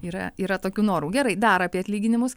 yra yra tokių norų gerai dar apie atlyginimus